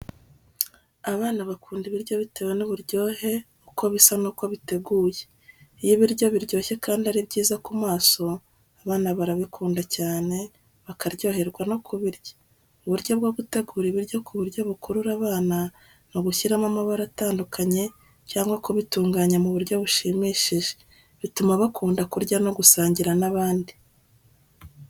Abana bakunda ibiryo bitewe n’uburyohe, uko bisa n’uko biteguye. Iyo ibiryo biryoshye kandi ari byiza ku maso, abana barabikunda cyane, bakaryoherwa no kubirya. Uburyo bwo gutegura ibiryo ku buryo bukurura abana, ni ugushyiramo amabara atandukanye cyangwa kubitunganya mu buryo bushimishije, bituma bakunda kurya no gusangira n’abandi.